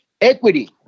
Equity